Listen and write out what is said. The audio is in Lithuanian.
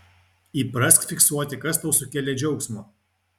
įprask fiksuoti kas tau sukėlė džiaugsmo